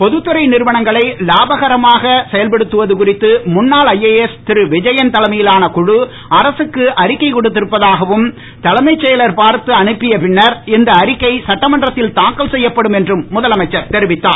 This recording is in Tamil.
பொதுத் துறை நிறுவனங்களை லாபகரமாக செயல்படுத்துவது குறித்து முன்னாள் ஐஏஎஸ் திரு விஜயன் தலைமையிலான குழு அரசுக்கு அறிக்கை கொடுத்திருப்பதாகவும் தலைமைச் செயலர் பார்த்து அனுப்பிய பின்னர் இந்த அறிக்கை சட்டமன்றத்தில் தாக்கல் செய்யப்படும் என்றும் முதலமைச்சர் தெரிவித்தார்